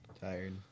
Tired